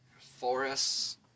Forests